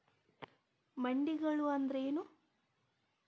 ಮಂಡಿಗಳು ಅಂದ್ರೇನು?